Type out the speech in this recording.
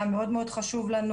היה מאוד מאוד חשוב לנו.